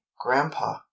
grandpa